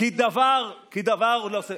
כי דבר הוא לא עושה.